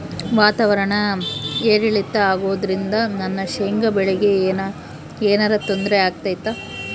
ವಾತಾವರಣ ಏರಿಳಿತ ಅಗೋದ್ರಿಂದ ನನ್ನ ಶೇಂಗಾ ಬೆಳೆಗೆ ಏನರ ತೊಂದ್ರೆ ಆಗ್ತೈತಾ?